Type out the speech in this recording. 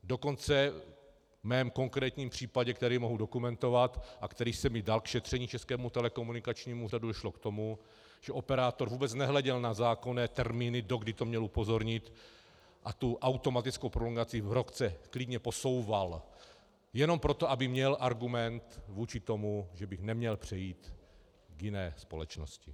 Dokonce v mém konkrétním případě, který mohu dokumentovat a který jsem již dal k šetření Českému telekomunikačnímu úřadu, došlo k tomu, že operátor vůbec nehleděl na zákonné termíny, dokdy měl upozornit, a tu automatickou prolongaci v roce(?) klidně posouval jenom proto, aby měl argument vůči tomu, že bych neměl přejít k jiné společnosti.